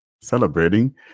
celebrating